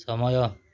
ସମୟ